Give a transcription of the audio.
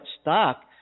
stock –